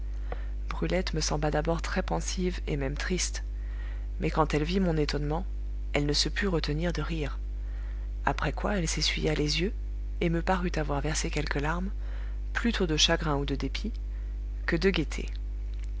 brulette me sembla d'abord très pensive et même triste mais quand elle vit mon étonnement elle ne se put retenir de rire après quoi elle s'essuya les yeux et me parut avoir versé quelques larmes plutôt de chagrin ou de dépit que de gaieté